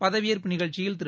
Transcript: பதவியேற்பு நிகழ்ச்சியில் திரு